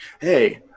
hey